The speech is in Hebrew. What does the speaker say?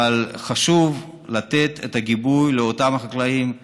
אבל חשוב לתת את הגיבוי לאותם חקלאים.